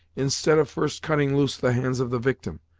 instead of first cutting loose the hands of the victim,